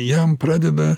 jam pradeda